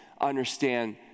understand